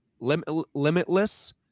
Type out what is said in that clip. Limitless